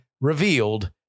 revealed